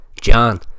John